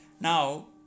Now